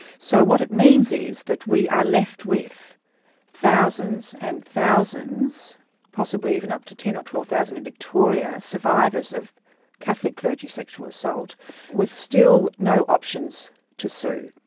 so what it means is that we are left with thousands and thousands possibly even up to ten thousand or twelve thousand in victoria survivors of catholic clergy sexual assault with still no options to sue,